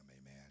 Amen